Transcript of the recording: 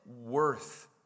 worth